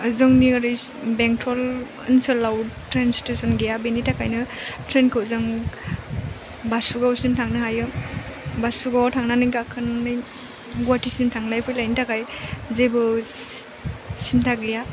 जोंनि ओरै बेंटल ओनसोलाव ट्रेन स्टेसन गैया बिनि थाखायनो ट्रेनखौ जों बासुगावसिम थांनो हायो बासुगावआव थांनानै गाखोनानै गुवाहाटिसिम थांलाय फैलायनि थाखाय जेबो सिन्था गैया